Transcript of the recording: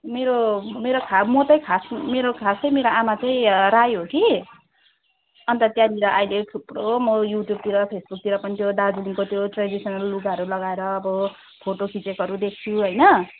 मेरो मेरो खा म चाहिँ खास मेरो खासै आमा चाहिँ राई हो कि अन्त त्यहाँनिर अहिले थुप्रो म युट्युबतिर फेसबुकतिर पनि दार्जिलिङको त्यो ट्रेडिसनल लुगाहरू लगाएर अब फोटो खिचेकोहरू देख्छु होइन